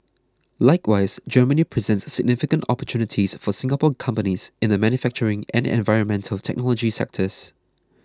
likewise Germany presents significant opportunities for Singapore companies in the manufacturing and environmental technology sectors